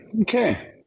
okay